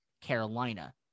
carolina